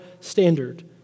standard